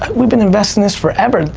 we've been investing this forever.